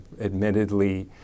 admittedly